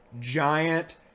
giant